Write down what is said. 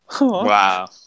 wow